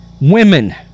women